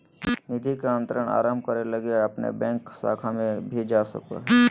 निधि अंतरण आरंभ करे लगी अपन बैंक शाखा में भी जा सको हो